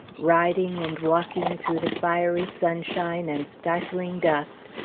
riding and walking through the fiery sunshine and stifling dust,